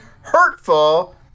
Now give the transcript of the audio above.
hurtful